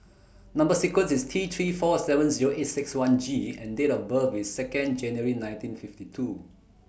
Number sequence IS T three four seven Zero eight six one G and Date of birth IS Second January nineteen fifty two